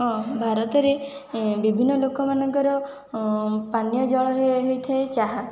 ହଁ ଭାରତରେ ବିଭିନ୍ନ ଲୋକମାନଙ୍କର ପାନୀୟ ଜଳ ହୋଇଥାଏ ଚାହା